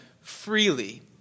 freely